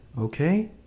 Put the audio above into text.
okay